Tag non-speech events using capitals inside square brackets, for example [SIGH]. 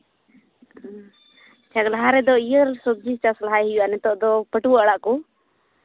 [UNINTELLIGIBLE] ᱞᱟᱦᱟ ᱨᱮᱫᱚ ᱤᱭᱟᱹ ᱦᱤᱥᱟᱹᱵ ᱥᱚᱵᱡᱤ ᱪᱟᱥ ᱞᱟᱦᱟᱭ ᱦᱩᱭᱩᱜᱼᱟ ᱱᱤᱛᱚᱜ ᱫᱚ ᱵᱟᱹᱛᱩᱣᱟᱹ ᱟᱲᱟᱜ ᱠᱚ